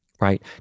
right